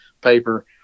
paper